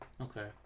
okay